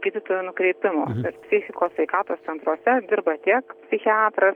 gydytojo nukreipimo psichikos sveikatos centruose dirba tiek psichiatras